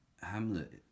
Hamlet